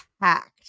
packed